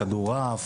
כדורעף.